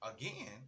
again